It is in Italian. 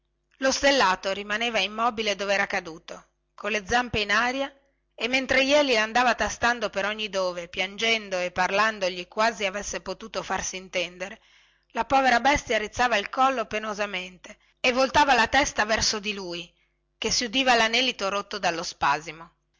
lo stellato rimaneva immobile dove era caduto colle zampe in aria e mentre jeli landava tastando per ogni dove piangendo e parlandogli quasi avesse potuto farsi intendere la povera bestia rizzava il collo penosamente e voltava la testa verso di lui e allora si udiva lanelito rotto dallo spasimo